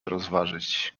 rozważyć